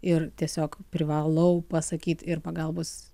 ir tiesiog privalau pasakyt ir pagalbos